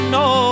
no